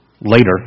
later